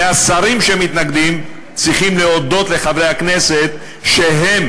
והשרים שמתנגדים צריכים להודות לחברי הכנסת שהם